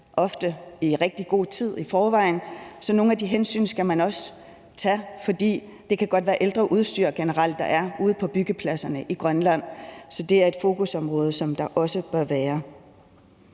ofte i rigtig god tid i forvejen. Så nogle af de hensyn skal man også tage, for det kan generelt godt være ældre udstyr, der er ude på byggepladserne i Grønland. Så det er også et fokusområde, der bør være.